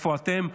איפה אתם?